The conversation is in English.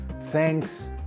thanks